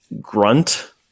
grunt